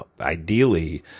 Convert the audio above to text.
ideally